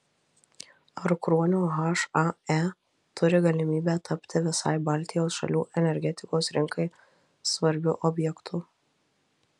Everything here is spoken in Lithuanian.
ar kruonio hae turi galimybę tapti visai baltijos šalių energetikos rinkai svarbiu objektu